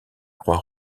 croix